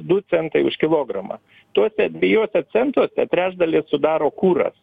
du centai už kilogramą tuose dviejuose sentuose trečdalį sudaro kuras